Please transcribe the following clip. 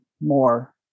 more